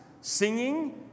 singing